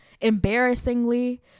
embarrassingly